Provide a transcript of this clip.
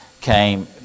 came